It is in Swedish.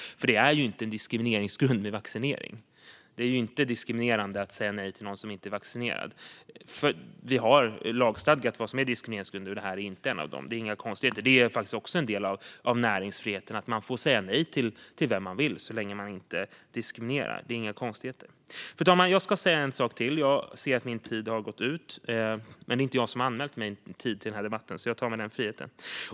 Vaccinering är ju inte en diskrimineringsgrund. Det är inte diskriminerande att säga nej till någon som inte är vaccinerad. Vi har lagstadgat vad som är diskrimineringsgrunder, och det här är inte en av dem. Det är inga konstigheter. Det är faktiskt också en del av näringsfriheten att man får säga nej till vem man vill så länge man inte diskriminerar. Fru talman! Jag ska säga en sak till. Jag ser att min tid har gått ut, men eftersom det inte är jag som anmält min tid i den här debatten tar jag mig den friheten.